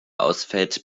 ausfällt